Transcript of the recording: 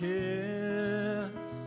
kiss